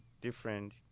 different